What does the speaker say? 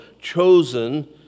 chosen